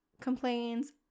complains